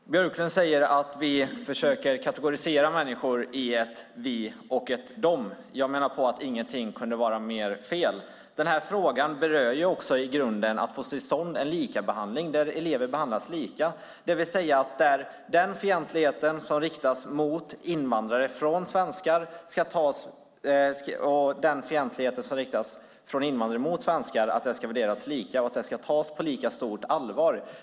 Fru talman! Björklund säger att vi försöker kategorisera människor i ett "vi" och ett "de". Jag menar att ingenting kunde vara mer fel. Den här frågan handlar i grunden om att få till stånd en likabehandling, att elever behandlas lika. Det betyder att den fientlighet som riktas mot invandrare från svenskar och den fientlighet som riktas från invandrare mot svenskar ska värderas lika och tas på lika stort allvar.